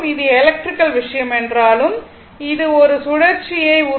இது எலெக்ட்ரிகல் விஷயம் என்றாலும் அது ஒரு சுழற்சியை உருவாக்கும்